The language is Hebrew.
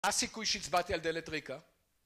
מה הסיכוי שהצבעתי על דלת ריקה?